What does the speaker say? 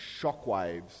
shockwaves